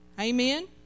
Amen